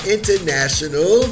International